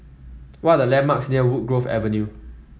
what are the landmarks near Woodgrove Avenue